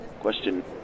Question